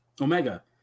Omega